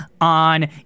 on